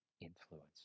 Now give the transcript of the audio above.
influence